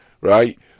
right